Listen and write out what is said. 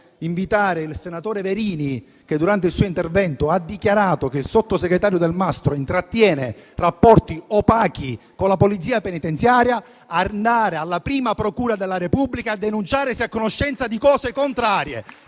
invitare il senatore Verini, che durante il suo intervento ha dichiarato che il sottosegretario Delmastro Delle Vedove intrattiene rapporti opachi con la Polizia penitenziaria, ad andare alla prima procura della Repubblica a denunciare se è a conoscenza di cose contrarie.